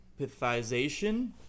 empathization